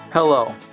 Hello